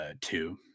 two